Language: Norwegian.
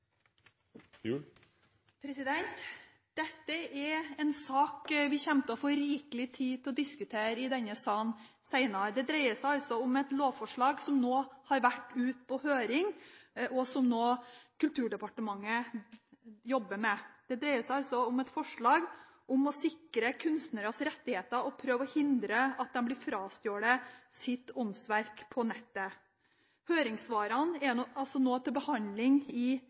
vedtatt. Dette er en sak vi kommer til å få rikelig tid til diskutere i denne salen senere. Det dreier seg om et lovforslag, som nå har vært ute på høring, og som Kulturdepartementet nå jobber med. Det dreier seg om et forslag om å sikre kunstneres rettigheter og prøve å hindre at de blir frastjålet sitt åndsverk på nettet. Høringssvarene er nå til behandling i